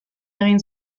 egin